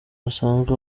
basanzwe